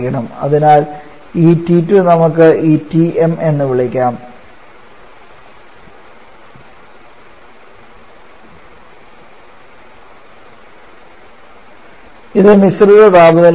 അതിനാൽ ഈ T2 നമുക്ക് Tm എന്ന് വിളിക്കാം ഇത് മിശ്രിത താപനിലയാണ്